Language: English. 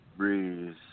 Breeze